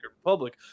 Republic